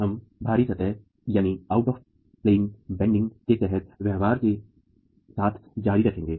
हम बाहरी सतह नमन के तहत व्यवहार के साथ जारी रखेंगे